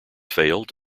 failed